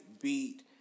beat